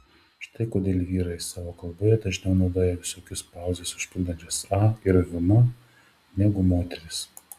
štai kodėl vyrai savo kalboje dažniau naudoja visokius pauzes užpildančius a ir hm negu moterys